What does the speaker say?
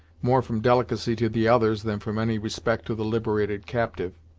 more from delicacy to the others than from any respect to the liberated captive.